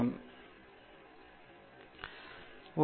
இதுதான் நான் ஏற்கனவே குறிப்பிட்டதுதான்